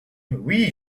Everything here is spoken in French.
oui